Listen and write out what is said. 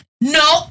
No